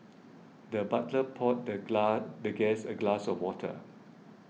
the butler poured the the guest a glass of water